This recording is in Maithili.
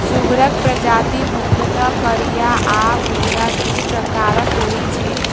सुगरक प्रजाति मुख्यतः करिया आ उजरा, दू प्रकारक होइत अछि